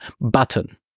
button